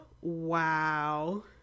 Wow